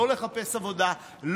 לא לחפש עבודה,